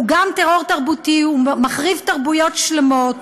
הוא גם טרור תרבותי, הוא מחריב תרבויות שלמות,